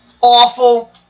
Awful